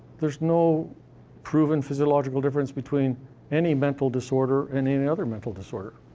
there's no proven physiological difference between any mental disorder and any other mental disorder.